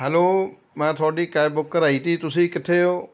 hello ਮੈਂ ਤੁਹਾਡੀ cab book ਕਰਵਾਈ ਸੀ ਤੁਸੀਂ ਕਿੱਥੇ ਹੋ